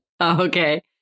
Okay